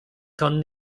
con